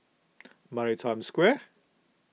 Maritime Square